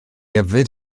yfed